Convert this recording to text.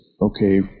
okay